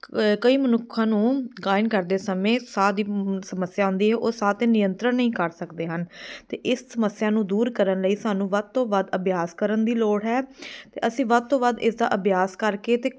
ਕਈ ਮਨੁੱਖਾਂ ਨੂੰ ਗਾਇਨ ਕਰਦੇ ਸਮੇਂ ਸਾਹ ਦੀ ਸਮੱਸਿਆ ਆਉਂਦੀ ਹੈ ਉਹ ਸਾਹ 'ਤੇ ਨਿਯੰਤਰਣ ਨਹੀਂ ਕਰ ਸਕਦੇ ਹਨ ਅਤੇ ਇਸ ਸਮੱਸਿਆ ਨੂੰ ਦੂਰ ਕਰਨ ਲਈ ਸਾਨੂੰ ਵੱਧ ਤੋਂ ਵੱਧ ਅਭਿਆਸ ਕਰਨ ਦੀ ਲੋੜ ਹੈ ਅਸੀਂ ਵੱਧ ਤੋਂ ਵੱਧ ਇਸਦਾ ਅਭਿਆਸ ਕਰਕੇ ਅਤੇ